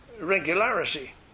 regularity